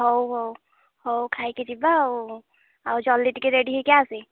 ହଉ ହଉ ହଉ ଖାଇକି ଯିବା ଆଉ ଆଉ ଜଲ୍ଦି ଟିକେ ରେଡ଼ି ହେଇକି ଆସେ